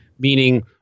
Meaning